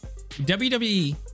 WWE